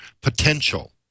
potential